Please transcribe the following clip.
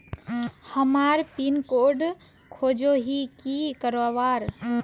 हमार pin code खोजोही की करवार?